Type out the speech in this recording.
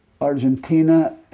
Argentina